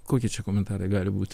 kokie čia komentarai gali būti